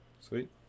Sweet